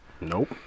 Nope